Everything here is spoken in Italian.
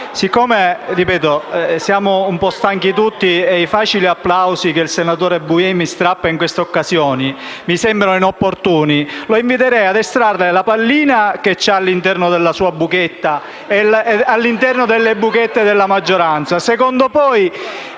Signor Presidente, siamo tutti un po' stanchi e i facili applausi che il senatore Buemi strappa in queste occasioni mi sembrano inopportuni. Lo inviterei ad estrarre la pallina che ha all'interno della sua buchetta e all'interno delle buchette della maggioranza.